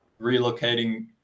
relocating –